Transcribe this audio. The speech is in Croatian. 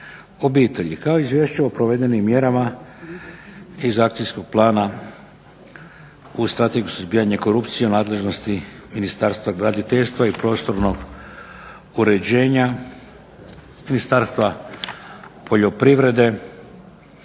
obitelji, kao i izvješće o provedenim mjerama iz Akcijskog plana u Strategiji suzbijanja korupcije u nadležnosti Ministarstva graditeljstva i prostornog uređenja, Ministarstva poljoprivrede